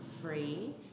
free